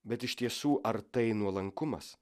bet iš tiesų ar tai nuolankumas